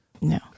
No